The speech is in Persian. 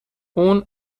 اون